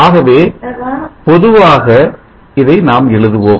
ஆகவே பொதுவாக இதை நாம் எழுதுவோம்